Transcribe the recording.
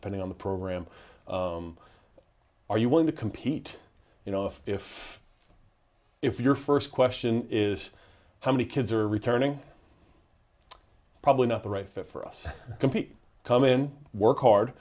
depending on the program are you willing to compete you know if if if your first question is how many kids are returning probably not the right fit for us compete come in work hard